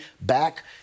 back